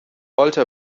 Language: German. wollte